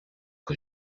que